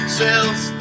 cells